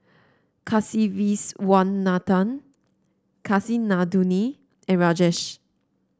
Kasiviswanathan Kasinadhuni and Rajesh